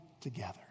together